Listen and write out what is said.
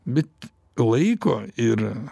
bet laiko ir